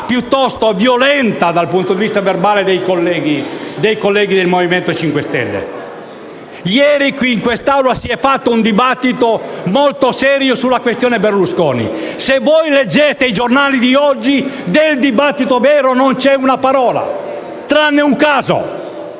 piuttosto violenta dal punto di vista verbale dei colleghi del Movimento 5 Stelle. Ieri qui in quest'Aula si è fatto un dibattito molto serio sulla questione Berlusconi; ebbene, se leggete i giornali di oggi del dibattito vero non c'è una parola, tranne su un caso: